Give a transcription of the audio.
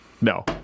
No